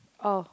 oh